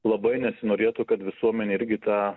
labai nesinorėtų kad visuomenė irgi tą